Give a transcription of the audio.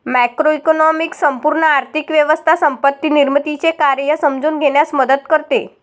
macroeconomics संपूर्ण आर्थिक व्यवस्था संपत्ती निर्मितीचे कार्य समजून घेण्यास मदत करते